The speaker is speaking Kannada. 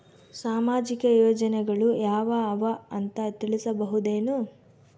ಸಾಮಾಜಿಕ ಯೋಜನೆಗಳು ಯಾವ ಅವ ಅಂತ ತಿಳಸಬಹುದೇನು?